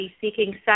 seeking